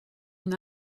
une